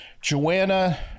Joanna